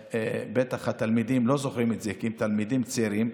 בטח התלמידים לא זוכרים את זה כי הם תלמידים צעירים,